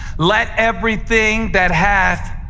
let everything that hath